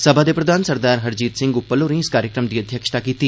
सभा दे प्रधान सरदार हरजीत सिंह उप्पल होरें इस कार्यक्रम दी अध्यक्षता कीती